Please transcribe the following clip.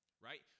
right